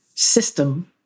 System